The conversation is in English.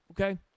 Okay